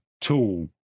tool